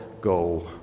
go